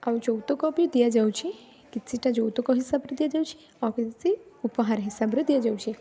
ଆଉ ଯୌତୁକ ବି ଦିଆଯାଉଛି କିଛିଟା ଯୌତୁକ ହିସାବରେ ଦିଆଯାଉଛି ଆଉ କିଛି ଉପହାର ହିସାବରେ ଦିଆଯାଉଛି